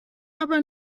aber